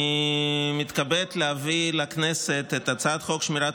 אני מתכבד להביא לכנסת את הצעת חוק שמירת